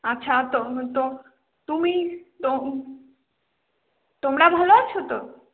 আচ্ছা তুমি তোমরা ভালো আছো তো